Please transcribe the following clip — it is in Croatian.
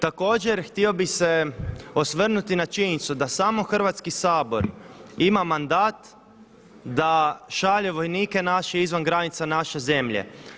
Također htio bih se osvrnuti na činjenicu da samo Hrvatski sabor ima mandat da šalje vojnike naše izvan granica naše zemlje.